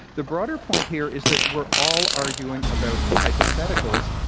the broader point, here, is that we're all arguing about hypotheticals.